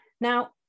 Now